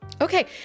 okay